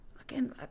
again